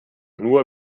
nur